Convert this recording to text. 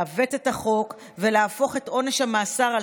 לעוות את החוק ולהפוך את עונש המאסר על